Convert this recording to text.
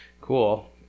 Cool